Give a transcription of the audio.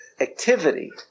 activity